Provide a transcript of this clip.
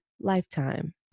lifetime